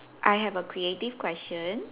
I have a creative question